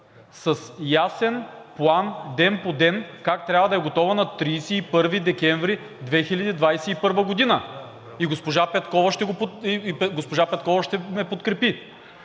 с ясен план ден по ден как трябва да е готова на 31 декември 2021 г. и госпожа Петкова ще ме подкрепи.